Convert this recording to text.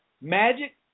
magic